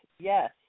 Yes